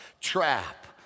trap